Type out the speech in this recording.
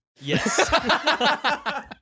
Yes